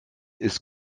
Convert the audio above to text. ist